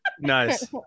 Nice